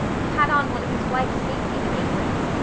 he had on one of his wife's big gingham aprons.